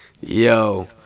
Yo